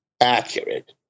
accurate